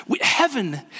heaven